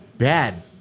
Bad